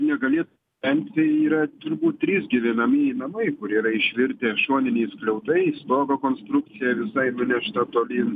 negali engti yra turbūt trys gyvenamieji namai kurie yra išvirtę šoniniais skliautais stogo konstrukcija visai nunešta tolyn